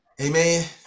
Amen